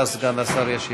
ואז סגן השר ישיב.